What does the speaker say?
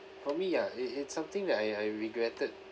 for me ah it it's something that I I regretted